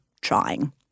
trying